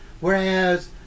Whereas